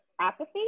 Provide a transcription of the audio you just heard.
apathy